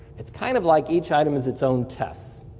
it's kind of like each item is its own test.